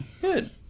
Good